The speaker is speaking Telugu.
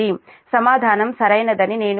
సమాధానం సరైనదని నేను భావిస్తున్నాను